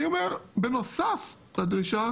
אני אומר שבנוסף לדרישה